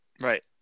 Right